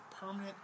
permanent